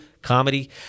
Comedy